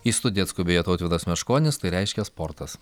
į studiją atskubėjo tautvydas meškonis tai reiškia sportas